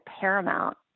Paramount